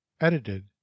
Edited